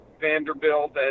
Vanderbilt